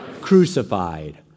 crucified